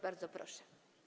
Bardzo proszę.